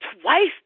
twice